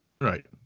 Right